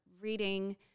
reading